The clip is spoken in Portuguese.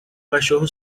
cachorro